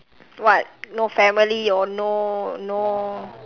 what no family or no no